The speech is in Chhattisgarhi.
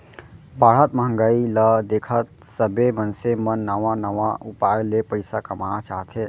बाढ़त महंगाई ल देखत सबे मनसे मन नवा नवा उपाय ले पइसा कमाना चाहथे